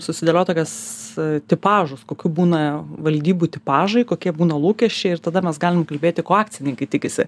susidėliot tokias tipažus kokių būna valdybų tipažai kokie būna lūkesčiai ir tada mes galim kalbėt ko akcininkai tikisi